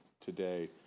today